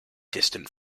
distant